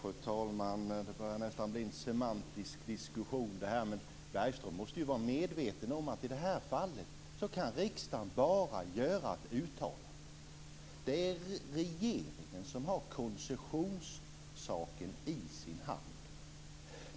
Fru talman! Det börjar nästa bli en semantisk diskussion. Men Harald Bergström måste ju vara medveten om att riksdagen i detta fall bara kan göra ett uttalande. Det är regeringen som har koncessionen i sin hand.